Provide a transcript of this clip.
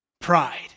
Pride